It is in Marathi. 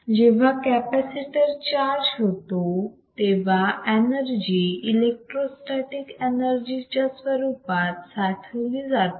जेव्हा कॅपॅसिटर चार्ज होतो तेव्हा एनर्जी इलेक्ट्रोस्टॅटीक एनर्जी च्या स्वरूपात साठवली जाते